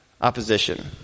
opposition